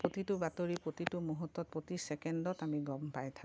প্ৰতিটো বাতৰি প্ৰতিটো মুহুৰ্তত প্ৰতি চেকেণ্ডত আমি গম পাই থাকোঁ